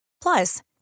Plus